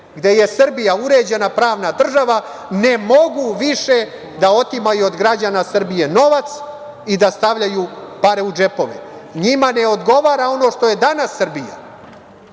gde je Srbija uređena pravna država, ne mogu više da otimaju od građana Srbije novac i da stavljaju pare u džepove. Njima ne odgovara ono što je danas Srbija,